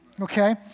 Okay